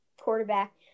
Quarterback